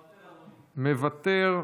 מוותר,